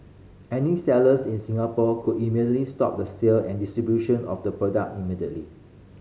any sellers in Singapore could immediately stop the sale and distribution of the product immediately